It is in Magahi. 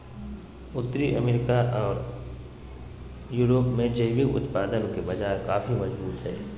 उत्तरी अमेरिका ओर यूरोप में जैविक उत्पादन के बाजार काफी मजबूत हइ